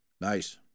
Nice